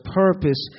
purpose